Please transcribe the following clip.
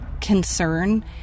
concern